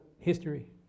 History